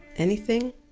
anything?